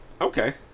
okay